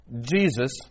Jesus